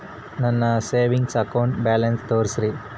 ನನ್ನ savings account balance ತೋರಿಸಿ?